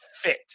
fit